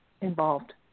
involved